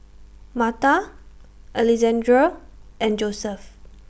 Marta Alexandre and Joseph